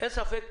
אין ספק.